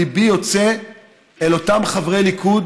ליבי יוצא אל אותם חברי ליכוד